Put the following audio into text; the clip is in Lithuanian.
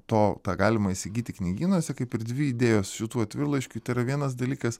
to ką galima įsigyti knygynuose kaip ir dvi idėjos šitų atvirlaiškių tai yra vienas dalykas